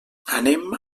anem